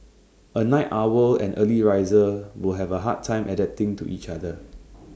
A night owl and early riser will have A hard time adapting to each other